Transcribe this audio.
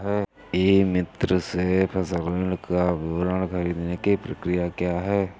ई मित्र से फसल ऋण का विवरण ख़रीदने की प्रक्रिया क्या है?